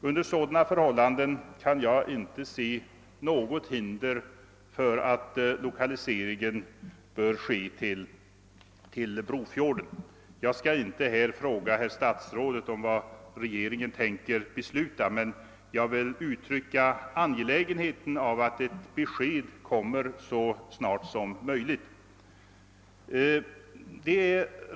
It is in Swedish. Under sådana förhållanden kan jag inte se något hinder för en lokalisering till Brofjorden. Jag skall inte här fråga herr statsrådet om vad regeringen tänker besluta, men jag vill understryka angelägenheten av att ett besked kommer så snart som möjligt.